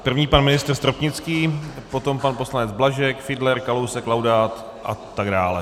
První pan ministr Stropnický, potom pan poslanec Blažek, Fiedler, Kalousek, Laudát a tak dále.